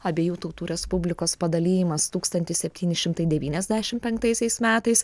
abiejų tautų respublikos padalijimas tūkstantis septyni šimtai devyniasdešimt penktaisiais metais